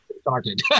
started